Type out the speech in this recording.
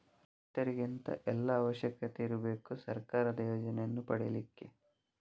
ರೈತರಿಗೆ ಎಂತ ಎಲ್ಲಾ ಅವಶ್ಯಕತೆ ಇರ್ಬೇಕು ಸರ್ಕಾರದ ಯೋಜನೆಯನ್ನು ಪಡೆಲಿಕ್ಕೆ?